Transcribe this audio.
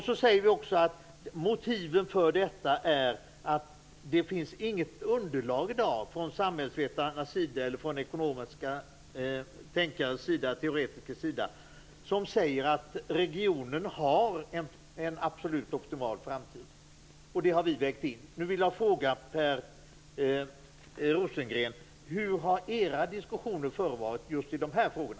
Vi säger också att motiven för detta är att det i dag inte finns något underlag från samhällsvetare, ekonomiska tänkare och teoretiker som säger att regionen har en absolut optimal framtid. Det har vi vägt in. Nu vill jag fråga Per Rosengren: Hur har era diskussioner förevarit just i de här frågorna?